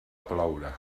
ploure